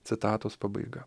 citatos pabaiga